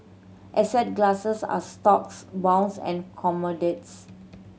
asset classes are stocks bonds and commodities